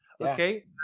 Okay